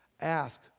Ask